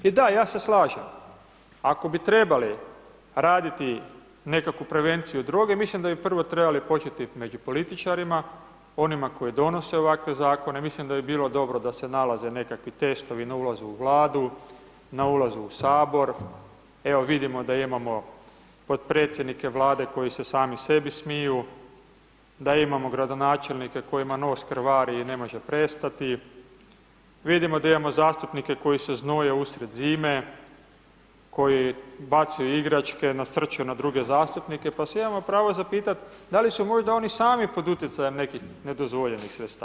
I da, ja se slažem, ako bi trebali raditi nekakvu prevenciju droge, mislim da bi prvo trebali početi među političarima, onima koji donose ovakve Zakone, mislim da bi bilo dobro da se nalaze nekakvi testovi na ulazu u Vladu, na ulazu u Sabor, evo vidimo da imamo podpredsjednike Vlade koji se sami sebi smiju, da imamo gradonačelnike kojima nos krvari i ne može prestati, vidimo da imamo zastupnike koji se znoje usred zime, koji bacaju igračke, nasrću na druge zastupnike, pa se imamo pravo zapitat' da li su možda oni sami pod utjecajem nekih nedozvoljenih sredstava.